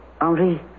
Henri